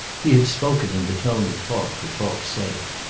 he had spoken in the tone of talk for talk's sake,